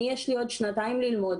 יש לי עוד שנתיים ללמוד,